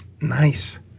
Nice